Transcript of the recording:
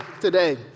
today